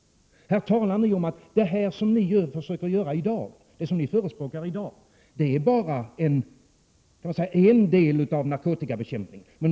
Här talar ni om att det som ni förespråkar i dag bara är en del av narkotikabekämpningen.